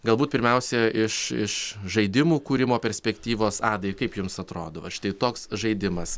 galbūt pirmiausia iš iš žaidimų kūrimo perspektyvos adai kaip jums atrodo va štai toks žaidimas